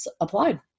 applied